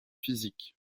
physiques